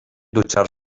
dutxar